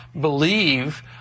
believe